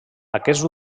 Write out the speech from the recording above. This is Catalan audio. aquests